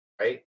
right